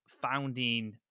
founding